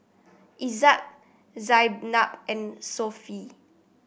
Izzat Zaynab and Sofea